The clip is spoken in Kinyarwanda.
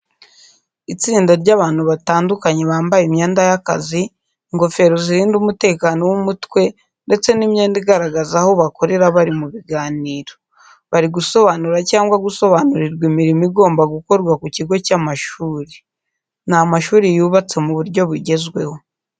Itsinda ry'abantu batandukanye bambaye imyenda y'akazi, ingofero zirinda umutekano w'umutwe ndetse n'imyenda igaragaza aho bakorera bari mu biganiro. Bari gusobanura cyangwa gusobanurirwa imirimo igomba gukorwa ku kigo cy'amashuri. Ni amashuri yubatse mu buryo bugezweho.